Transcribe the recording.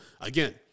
Again